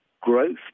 growth